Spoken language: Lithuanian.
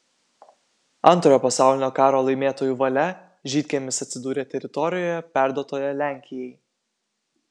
antrojo pasaulinio karo laimėtojų valia žydkiemis atsidūrė teritorijoje perduotoje lenkijai